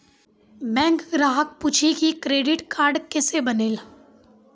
Bank ग्राहक पुछी की क्रेडिट कार्ड केसे बनेल?